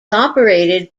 operated